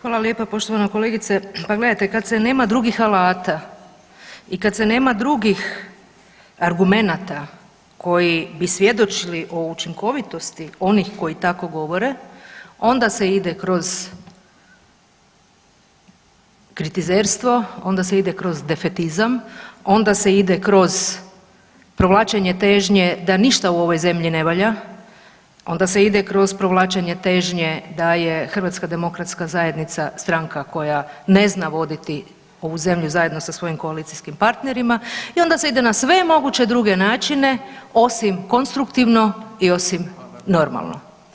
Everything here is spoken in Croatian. Hvala lijepa poštovana kolegice, pa gledajte kad se nema drugih alata i kad se nema drugih argumenata koji bi svjedočili o učinkovitosti onih koji tako govore onda se ide kroz kritizerstvo, onda se ide kroz defetizam, onda se ide kroz provlačenje težnje da ništa u ovoj zemlji ne valja, onda se ide kroz provlačenje težnje da je HDZ stranka koja ne zna voditi ovu zemlju zajedno sa svojim koalicijskim partnerima i onda se ide na sve moguće druge načine osim konstruktivno i osim normalno.